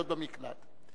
להיות במקלט.